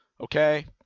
Okay